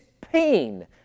pain